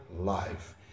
life